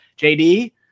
JD